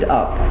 up